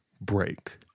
break